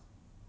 mm